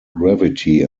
gravity